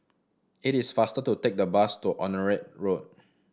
it is faster to take the bus to Onraet Road